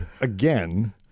again